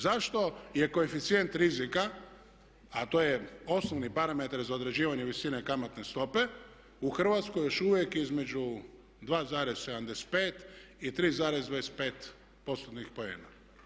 Zašto je koeficijent rizika, a to je osnovni parametar za određivanje visine kamatne stope, u Hrvatskoj još uvijek između 2,75 i 3,25 postotnih poena?